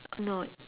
no